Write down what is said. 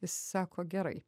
sako gerai